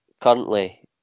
currently